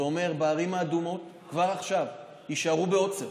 זה אומר: בערים האדומות כבר עכשיו יישארו בעוצר,